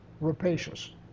rapacious